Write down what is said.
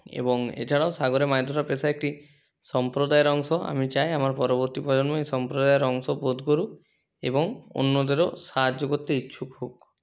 এবং এছাড়াও সাগরে মাছ ধরার পেশা একটি সম্প্রদায়ের অংশ আমি চাই আমার পরবর্তী প্রজন্ম এই সম্প্রদায়ের অংশ বোধ করুক এবং অন্যদেরও সাহায্য করতে ইচ্ছুক হোক